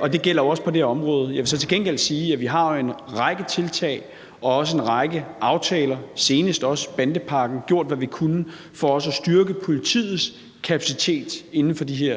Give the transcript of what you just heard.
og det gælder også på det her område. Jeg vil så til gengæld sige, at vi med en række tiltag og også en række aftaler, senest bandepakken, har gjort, hvad vi kunne, for også at styrke politiets kapacitet inden for de her